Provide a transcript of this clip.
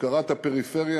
הפקרת הפריפריה?